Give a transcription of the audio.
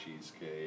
cheesecake